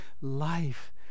life